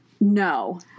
No